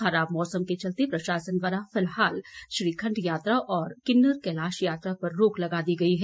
खराब मौसम के चलते प्रशासन द्वारा फिलहाल श्री खंड यात्रा व किन्नर कैलाश यात्रा पर रोक लगा दी है